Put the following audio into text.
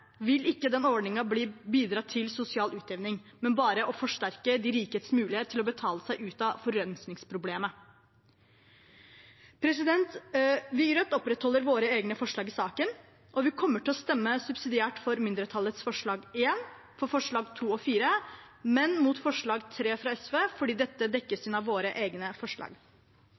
vil ikke den ordningen bidra til sosial utjevning, men bare forsterke de rikes mulighet til å betale seg ut av forurensningsproblemet. Vi i Rødt opprettholder våre egne forslag i saken, og vi kommer til å stemme subsidiært for mindretallets forslag nr. 1, for forslagene nr. 2 og nr. 4, men mot forslag nr. 3 fra SV, for dette dekkes inn av våre egne forslag.